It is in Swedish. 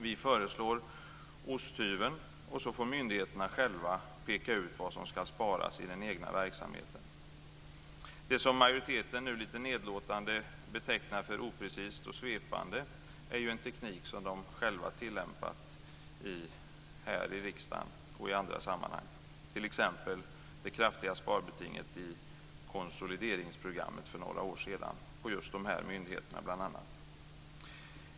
Vi föreslår osthyveln, och så får myndigheterna själva peka ut vad som ska sparas i den egna verksamheten. Det som majoriteten nu lite nedlåtande betecknar som oprecist och svepande är ju en teknik som de själva tillämpat här i riksdagen och i andra sammanhang, t.ex. det kraftiga sparbetinget i konsolideringsprogrammet för några år sedan på bl.a. just de här myndigheterna.